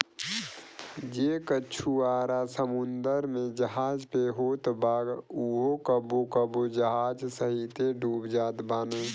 जे मछुआरा समुंदर में जहाज पे होत बा उहो कबो कबो जहाज सहिते डूब जात बाने